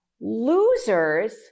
losers